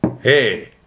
Hey